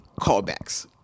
callbacks